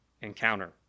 encounter